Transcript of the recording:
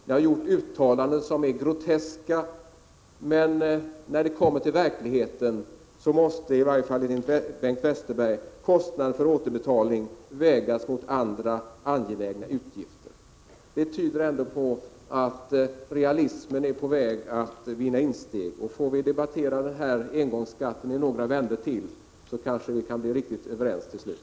Ni har gjort uttalanden som är groteska, men när det kommer till verkligheten måste, i varje fall enligt Bengt Westerberg, kostnaden för återbetalning vägas mot andra angelägna utgifter. Det tyder ändå på att realismen är på väg att vinna insteg. Får vi debattera engångsskatten i några vändor till, kanske vi kan bli riktigt överens till slut.